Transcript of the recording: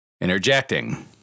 Interjecting